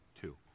two